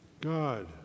God